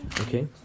Okay